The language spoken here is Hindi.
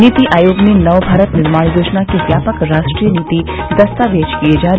नीति आयोग ने नवभारत निर्माण योजना के व्यापक राष्ट्रीय नीति दस्तावेज किये जारी